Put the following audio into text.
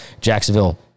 Jacksonville